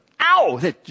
Ow